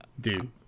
Dude